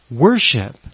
worship